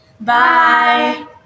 Bye